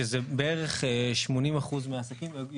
שזה בערך 80% מהעסקים.